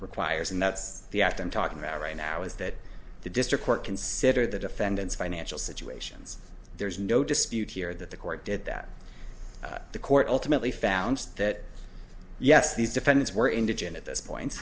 requires and that's the act i'm talking about right now is that the district court consider the defendant's financial situations there's no dispute here that the court did that the court ultimately found that yes these defendants were indigent at this point